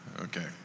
okay